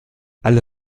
alle